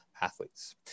athletes